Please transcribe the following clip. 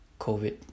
COVID